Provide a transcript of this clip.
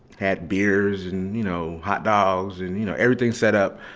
had beers and, you know, hot dogs and, you know, everything set up.